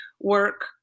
work